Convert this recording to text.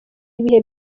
ibihe